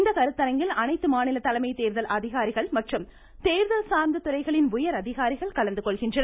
இக்கருத்தரங்கில் அனைத்து மாநில தலைமை தேர்தல் அதிகாரிகள் மற்றும் தேர்தல் சார்ந்த துறைகளின் உயர் அதிகாரிகள் கலந்துகொள்கின்றனர்